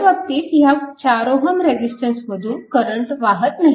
ह्या बाबतीत ह्या 4Ω रेजिस्टन्समधून करंट वाहत नाही